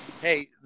Hey